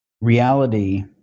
reality